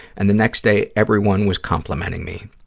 and the next day everyone was complimenting me.